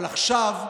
אבל עכשיו,